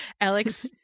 Alex